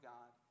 God